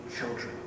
children